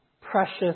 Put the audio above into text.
precious